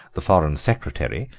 the foreign secretary,